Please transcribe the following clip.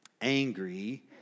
angry